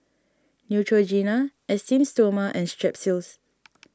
Neutrogena Esteem Stoma and Strepsils